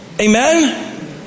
Amen